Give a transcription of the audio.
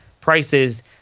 prices